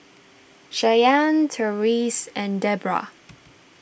Shyanne Tyrese and Debrah